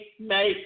make